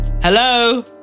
hello